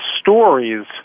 stories